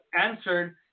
answered